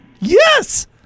Yes